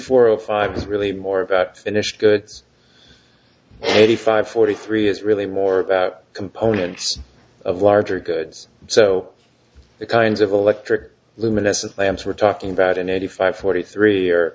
four of five is really more about an issue eighty five forty three is really more about components of larger goods so the kinds of electric luminescent lamps we're talking about an eighty five forty three or